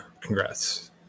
congrats